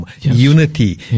unity